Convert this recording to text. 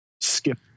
skip